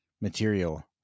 material